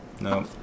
No